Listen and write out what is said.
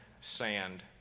sand